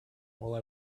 while